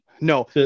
No